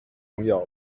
朋友